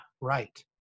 right